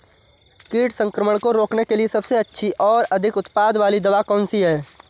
कीट संक्रमण को रोकने के लिए सबसे अच्छी और अधिक उत्पाद वाली दवा कौन सी है?